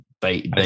bait